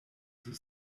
the